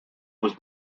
was